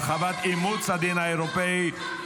הרחבת אימוץ הדין האירופי,